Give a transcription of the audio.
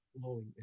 flowing